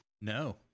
No